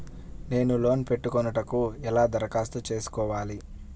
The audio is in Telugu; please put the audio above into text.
నేను లోన్ పెట్టుకొనుటకు ఎలా దరఖాస్తు చేసుకోవాలి?